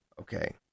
Okay